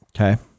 okay